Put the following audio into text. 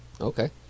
Okay